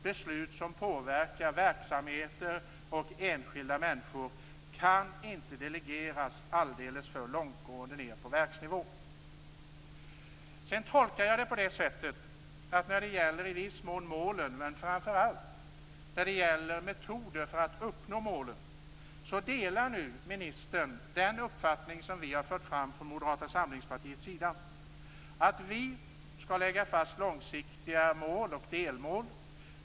Beslut som påverkar verksamheter och enskilda människor kan inte delegeras alldeles för långt ned på verksnivå. Jag tolkar det på det sättet - det gäller i viss mån målen men framför allt metoder för att uppnå målen - att ministern delar den uppfattning som vi fört fram från Moderata samlingspartiets sida, att vi skall lägga fast långsiktiga mål och delmål.